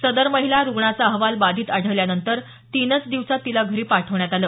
सदर महिला रुग्णाचा अहवाल बाधित आढळल्यानंतर तीनच दिवसांत तिला घरी पाठवण्यात आलं